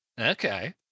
okay